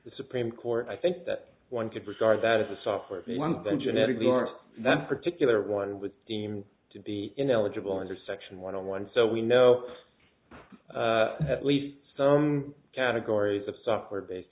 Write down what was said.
the supreme court i think that one could regard that as a software for one thing genetically or that particular one would seem to be ineligible under section one on one so we know at least some categories of software based